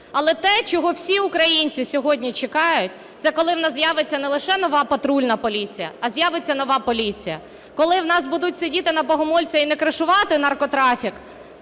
Але те, чого всі українці сьогодні чекають, це коли у нас з'явиться не лише нова патрульна поліція, а з'явиться нова поліція, коли у нас будуть сидіти на Богомольця і не "кришувати" наркотрафік,